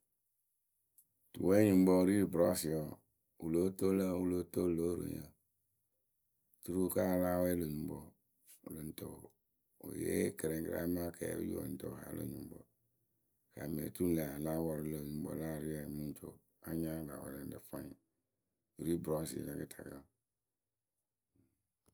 tuwɛɛnyuŋkpǝ wɨ ri rɨ bɨrɔsɩyǝ wǝǝ wɨ lóo toŋ lǝ wǝ́ wɨ lóo toolu loh oroŋyǝ. oturu kǝ́ a ya láa wɛɛ lö nyuŋkpǝ wǝǝ wɨ lɨŋ tɨ wɨ yee kɨrɛŋkǝ rɛ amaa gaamɛ oturu ŋlë a ya láa pɔrʊ lö nyuŋkpǝ la ariɛyǝ o mɨ ŋ co a nya lä wɛlɛŋrǝ fwanyɩ wɨ ri bɨrɔsɩyǝ la kɨtakǝ wǝ.,